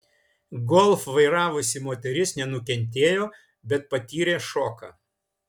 golf vairavusi moteris nenukentėjo bet patyrė šoką